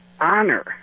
honor